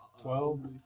Twelve